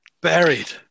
Buried